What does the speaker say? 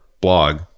blog